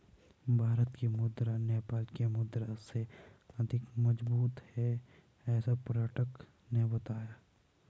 भारत की मुद्रा नेपाल के मुद्रा से अधिक मजबूत है ऐसा पर्यटक ने बताया